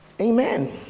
amen